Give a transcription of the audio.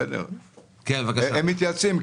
הם מתייעצים,